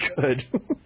good